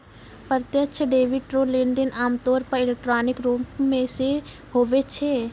प्रत्यक्ष डेबिट रो लेनदेन आमतौर पर इलेक्ट्रॉनिक रूप से हुवै छै